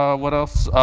ah what else?